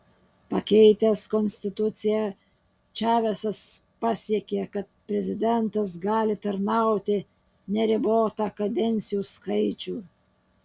pakeitęs konstituciją čavesas pasiekė kad prezidentas gali tarnauti neribotą kadencijų skaičių